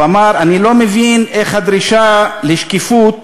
הוא אמר: אני לא מבין איך הדרישה לשקיפות